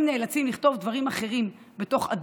הרופאים נאלצים לכתוב דברים אחרים בדוח,